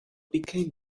became